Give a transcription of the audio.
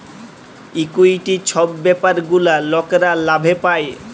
equity ছব ব্যাপার গুলা লকরা লাভে পায়